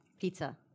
Pizza